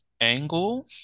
angle